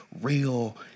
real